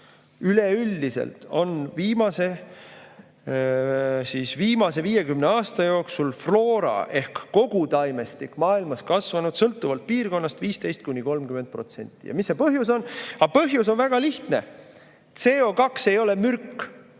üleüldiselt on viimase 50 aasta jooksul floora ehk kogu taimestik maailmas kasvanud sõltuvalt piirkonnast 15–30%. Ja mis selle põhjus on? Põhjus on väga lihtne. CO2ei ole mürk.